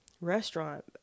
restaurant